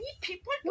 people